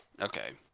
okay